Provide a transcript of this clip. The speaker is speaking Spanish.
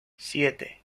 siete